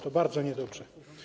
To bardzo niedobrze.